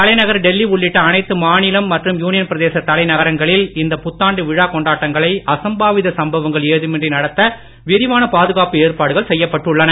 தலைநகர் டெல்லி உள்ளிட்ட அனைத்து மாநிலம் மற்றும் யூனியன் பிரதேச தலைநகரங்களில் இந்த புத்தாண்டு விழாக் கொண்டாட்டங்களை அசம்பாவித சம்பவங்கள் ஏதுமின்றி நடத்த விரிவான பாதுகாப்பு ஏற்பாடுகள் செய்யப்பட்டுள்ளன